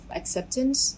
acceptance